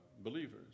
believers